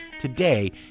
today